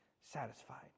satisfied